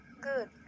Good